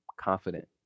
confident